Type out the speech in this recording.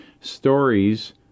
stories